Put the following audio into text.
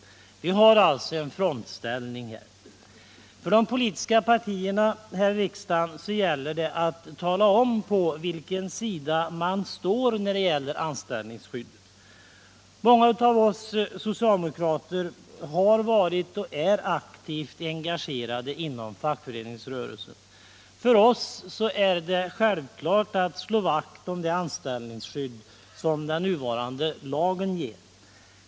Vi har alltså här en frontställning. För de politiska partierna i riksdagen gäller det att tala om på vilken sida man står när det gäller anställningsskyddet. Många av oss socialdemokrater har varit och är aktivt engagerade inom fackföreningsrörelsen. För oss är det självklart att slå vakt om det anställningsskydd som den nuvarande lagen ger.